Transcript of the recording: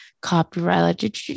copyright